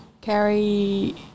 Carrie